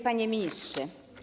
Panie Ministrze!